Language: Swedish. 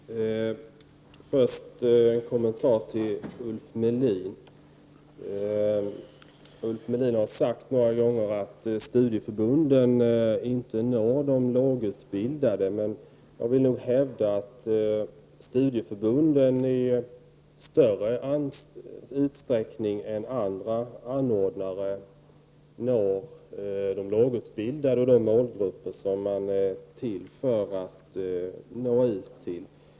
Herr talman! Först en kommentar till Ulf Melin. Ulf Melin har några gånger sagt att studieförbunden inte når de lågutbildade. Jag vill hävda att studieförbunden i större utsträckning än andra anordnare når de lågutbildade och de målgrupper som man är till för att nå ut till.